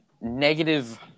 negative